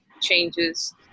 changes